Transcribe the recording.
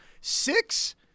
six